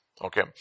Okay